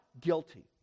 guilty